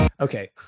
Okay